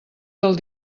del